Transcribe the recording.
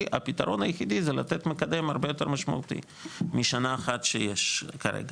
- הפתרון היחידי זה לתת מקדם הרבה יותר משמעותי משנה אחת שיש כרגע.